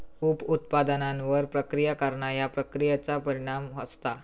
उप उत्पादनांवर प्रक्रिया करणा ह्या प्रक्रियेचा परिणाम असता